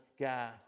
guy